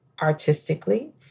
artistically